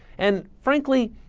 and frankly,